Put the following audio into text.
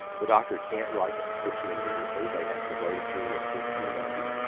the doctor can't write the prescription immediately. they have to wait a period of fourteen days.